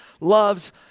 loves